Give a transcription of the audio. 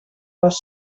les